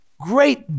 great